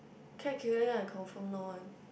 cat killing ah I confirm know one